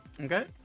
Okay